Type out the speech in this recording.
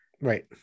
right